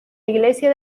iglesia